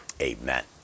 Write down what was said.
Amen